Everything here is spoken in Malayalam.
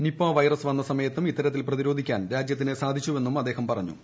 നിപ വൈറസ് വന്ന സമയത്തും ഇത്തരത്തിൽ പ്രതിരോധിക്കാൻ രാജ്യത്തിനു സാധിച്ചുവെന്നും അദ്ദേഹം പറഞ്ഞു